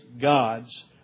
God's